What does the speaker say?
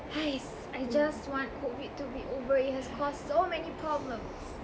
!hais! I just want COVID to be over it has caused so many problems